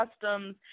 customs